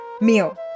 meal